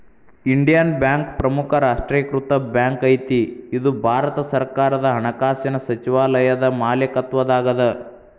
Indian Bank ಪ್ರಮುಖ ರಾಷ್ಟ್ರೇಕೃತ bank ಐತಿ ಇದು ಭಾರತ ಸರ್ಕಾರದ ಹಣಕಾಸಿನ್ ಸಚಿವಾಲಯದ ಮಾಲೇಕತ್ವದಾಗದ